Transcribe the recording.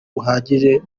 buhagije